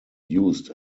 used